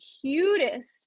cutest